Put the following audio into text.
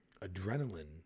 adrenaline